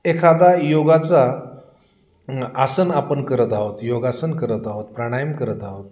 एखादा योगाचा आसन आपन करत आहोत योगासन करत आहोत प्राणायाम करत आहोत